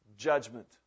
judgment